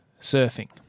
surfing